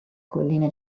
colline